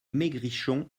maigrichon